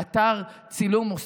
הוא באיזה אתר צילום,